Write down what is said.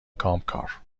کامکار